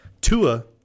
Tua